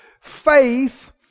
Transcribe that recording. Faith